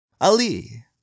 Ali